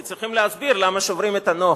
כי צריכים להסביר למה שוברים את הנוהג.